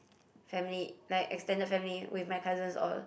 family like extended family with my cousins all